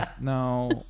No